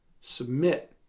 submit